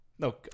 No